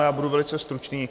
Já budu velice stručný.